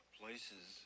places